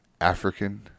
African